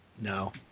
no